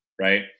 Right